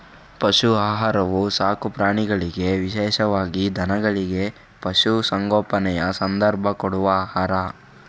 ಪಶು ಆಹಾರವು ಸಾಕು ಪ್ರಾಣಿಗಳಿಗೆ ವಿಶೇಷವಾಗಿ ದನಗಳಿಗೆ, ಪಶು ಸಂಗೋಪನೆಯ ಸಂದರ್ಭ ಕೊಡುವ ಆಹಾರ